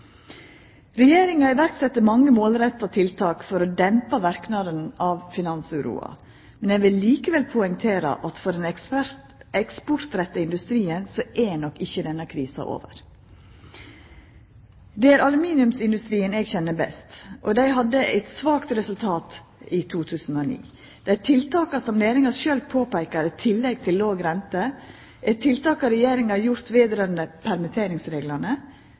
Regjeringa har sett i verk mange målretta tiltak for å dempa verknadane av finansuroa, men eg vil likevel poengtera at for den eksportretta industrien så er nok ikkje denne krisa over. Det er aluminiumsindustrien eg kjenner best, og den hadde eit svakt resultat i 2009. Dei tiltaka som næringa sjølv peikar på, i tillegg til låg rente, er tiltaka Regjeringa har gjort vedrørande permitteringsreglane, ekstraordinære tiltak